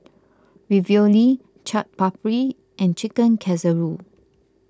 Ravioli Chaat Papri and Chicken Casserole